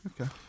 Okay